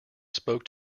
spoke